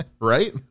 Right